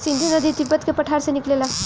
सिन्धु नदी तिब्बत के पठार से निकलेला